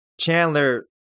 Chandler